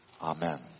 Amen